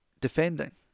defending